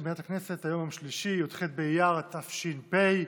היום יום שלישי, י"ח באייר התש"ף,